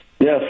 Yes